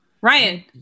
Ryan